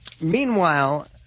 Meanwhile